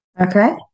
okay